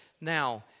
now